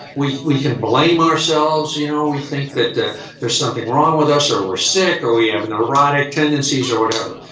we we can blame ourselves, you know, we think that there's something wrong with us or we're sick or we have neurotic tendencies or whatever.